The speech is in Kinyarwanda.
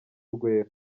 rwera